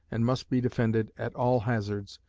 and must be defended at all hazards,